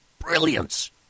brilliance